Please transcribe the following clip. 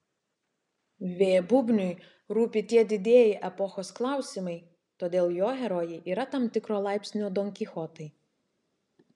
v bubniui rūpi tie didieji epochos klausimai todėl jo herojai yra tam tikro laipsnio donkichotai